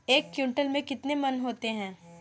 एक क्विंटल में कितने मन होते हैं?